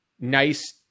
nice